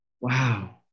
Wow